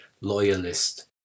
loyalist